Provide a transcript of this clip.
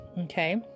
Okay